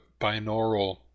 binaural